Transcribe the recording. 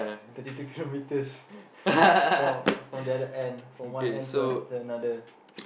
thirty two kilometres from from the other end from one end to an~ to another